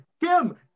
Kim